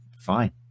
fine